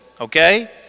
okay